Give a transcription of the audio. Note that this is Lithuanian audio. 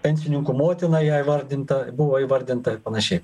pensininkų motina ją įvardinta buvo įvardinta panašiai